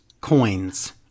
coins